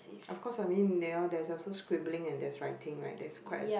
of course I mean there's also scribbling and writing right there's quite a